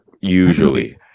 usually